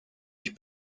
ich